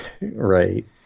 Right